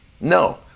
no